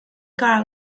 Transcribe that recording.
car